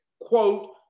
quote